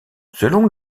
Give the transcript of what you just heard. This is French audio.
selon